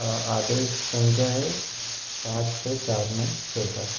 आ आदेश संख्या है पाँच छः चार नौ छः सात